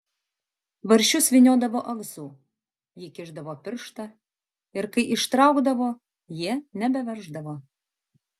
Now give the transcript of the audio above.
tvarsčius vyniodavo ahsu ji įkišdavo pirštą ir kai ištraukdavo jie nebeverždavo